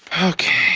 okay.